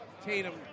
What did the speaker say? Tatum